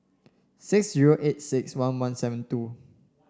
six zero eight six one one seven two